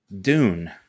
Dune